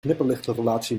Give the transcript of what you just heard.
knipperlichtrelatie